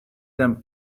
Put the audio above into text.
them